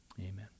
Amen